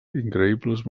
increïbles